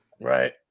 Right